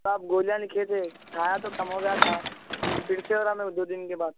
تو آپ گولیاں لکھے تھے کھایا تو کم ہو گیا تھا اب پھر سے ہو رہا میرے دو دن کے بعد